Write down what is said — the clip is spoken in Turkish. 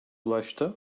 ulaştı